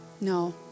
no